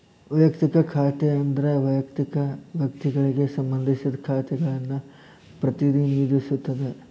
ವಯಕ್ತಿಕ ಖಾತೆ ಅಂದ್ರ ವಯಕ್ತಿಕ ವ್ಯಕ್ತಿಗಳಿಗೆ ಸಂಬಂಧಿಸಿದ ಖಾತೆಗಳನ್ನ ಪ್ರತಿನಿಧಿಸುತ್ತ